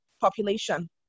population